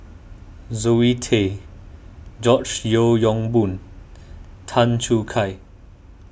Zoe Tay George Yeo Yong Boon Tan Choo Kai